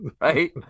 Right